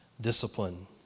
discipline